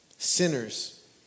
Sinners